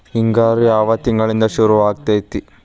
ಹಿಂಗಾರು ಯಾವ ತಿಂಗಳಿನಿಂದ ಶುರುವಾಗತೈತಿ?